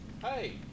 Hey